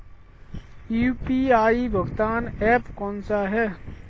UPI भुगतान app कौन सा है?